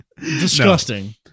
Disgusting